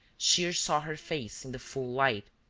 shears saw her face in the full light.